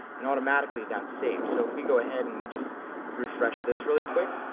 and automatically that's saved. so if we go ahead and we just refresh this really quick,